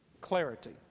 Clarity